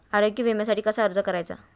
आरोग्य विम्यासाठी कसा अर्ज करायचा?